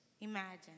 imagine